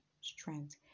strength